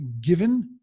given